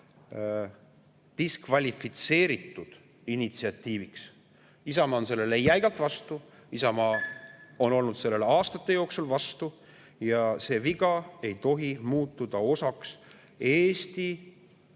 diskvalifitseeritud initsiatiiviks. Isamaa on sellele jäigalt vastu. Isamaa on olnud sellele aastate jooksul vastu ja see viga ei tohi muutuda osaks Eesti